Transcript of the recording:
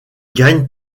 gagne